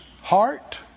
heart